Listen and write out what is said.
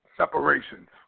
Separations